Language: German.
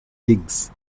links